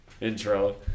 intro